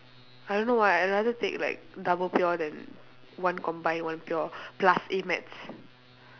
I don't know why I rather take like double pure than one combined and one pure plus A maths